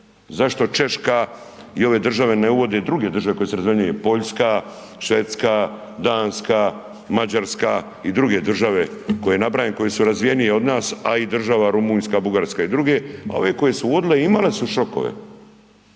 zašto Češka i ove države ne uvode i druge države koje su razvijenije Poljska, Švedska, Danska, Mađarska i druge države koje nabrajam, koje su razvijenije od nas, a i država Rumunjska, Bugarska i druge, a ove koje su uvodile imale su šokove